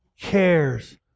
cares